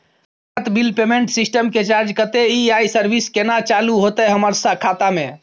Bharat bill payment system के charge कत्ते इ आ इ सर्विस केना चालू होतै हमर खाता म?